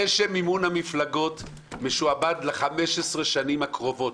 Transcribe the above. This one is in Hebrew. זה שמימון המפלגות משועבד ל-15 השנים הקרובות,